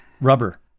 Rubber